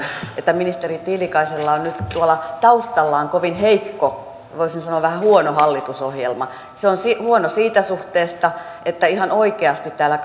että ministeri tiilikaisella on nyt tuolla taustallaan kovin heikko voisin sanoa vähän huono hallitusohjelma se on huono siinä suhteessa että ihan oikeasti täällä